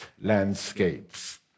landscapes